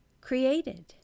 created